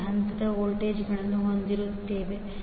ನಂತೆ ಹಂತದ ವೋಲ್ಟೇಜ್ಗಳನ್ನು ಹೊಂದಿರುತ್ತೇವೆ